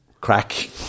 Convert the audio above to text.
crack